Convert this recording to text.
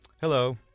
Hello